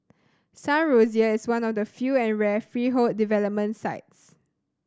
Sun Rosier is one of the few and rare freehold development sites